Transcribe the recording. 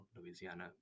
Louisiana